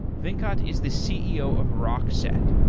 venkat is the ceo of rockset,